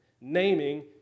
naming